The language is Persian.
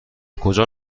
کجا